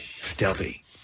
Stealthy